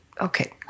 okay